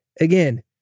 again